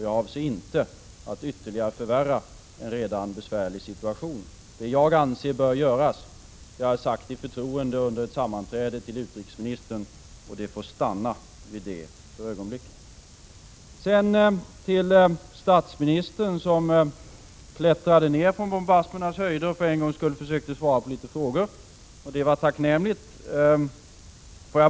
Jag avser inte att ytterligare förvärra en redan besvärlig situation. Det jag anser bör göras har jag vid ett sammanträde sagt i förtroende till utrikesministern, och det får stanna med det för ögonblicket. Statsministern klättrade ner från bombasmernas höjder och försökte för en gångs skull svara på litet frågor. Det var tacknämligt.